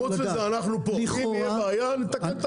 חוץ מזה אנחנו פה, אם תהיה בעיה נתקן את הכול.